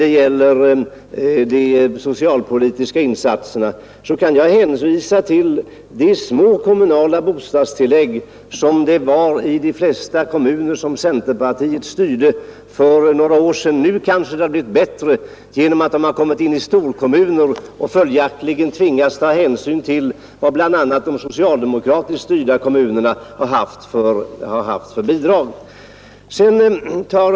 Jag gav inte något svar i mitt senaste anförande och vill nu därför hänvisa till de små kommunala bostadstillägg som utgick i de flesta kommuner där centerpartiet styrde för några år sedan. Nu har det kanske blivit litet bättre genom att dessa mindre kommuner kommit in i storkommuner och följaktligen tvingats att anpassa sig till vad de socialdemokratiskt styrda kommunerna ansett som lämplig bidragsnivå.